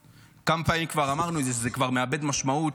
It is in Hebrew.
כמה פעמים כבר אמרנו את זה שזה כבר מאבד משמעות,